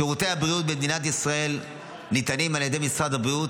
שירותי הבריאות במדינת ישראל ניתנים על ידי משרד הבריאות,